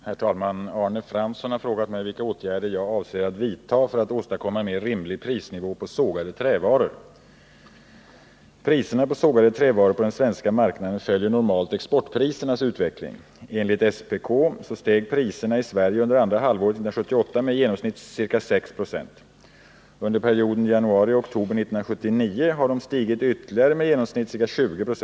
Herr talman! Arne Fransson har frågat mig vilka åtgärder jag avser vidta för att åstadkomma en mer rimlig prisnivå på sågade trävaror. Priserna på sågade trävaror på den svenska marknaden följer normalt exportprisernas utveckling. Enligt SPK steg priserna i Sverige under andra halvåret 1978 med i genomsnitt ca 6 96. Under perioden januari-oktober 1979 har de stigit ytterligare med i genomsnitt ca 20 96.